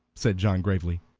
said john, gravely.